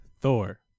Thor